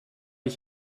ich